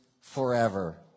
forever